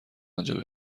آنجا